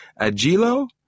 Agilo